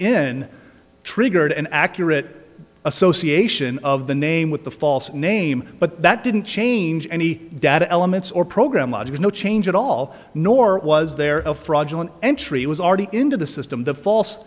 in triggered an accurate association of the name with the false name but that didn't change any data elements or program logic no change at all nor was there a fraudulent entry was already into the system the false